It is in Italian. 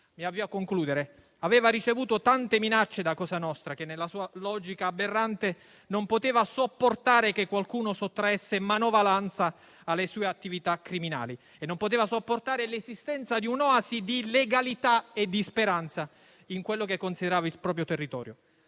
mi avvio a concludere. Egli aveva ricevuto tante minacce da cosa nostra, che nella sua logica aberrante non poteva sopportare che qualcuno sottraesse manovalanza alle sue attività criminali, né che esistesse un'oasi di legalità e di speranza in quello che considerava il proprio territorio.